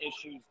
issues